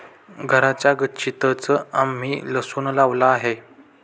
घराच्या गच्चीतंच आम्ही लसूण लावला आहे